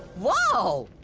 whoa!